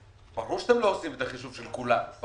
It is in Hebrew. ברור שאתם לא עושים את החישוב של כולם,